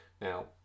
Now